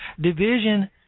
Division